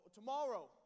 tomorrow